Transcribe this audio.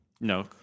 no